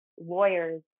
lawyers